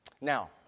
Now